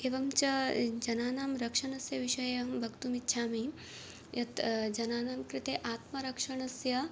एवं च जनानां रक्षणस्य विषयं वक्तुम् इच्छामि यत् जनानां कृते आत्मरक्षणस्य